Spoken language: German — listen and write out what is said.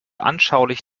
anschaulich